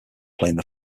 playing